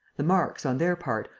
the marks, on their part,